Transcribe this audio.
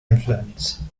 influence